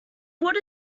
wood